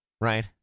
right